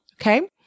Okay